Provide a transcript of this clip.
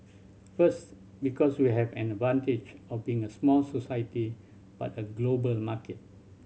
first because we have an advantage of being a small society but a global market